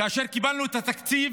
כאשר קיבלנו את התקציב